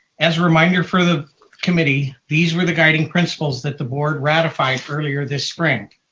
as a reminder for the committee, these were the guiding principles that the board ratified earlier this spring.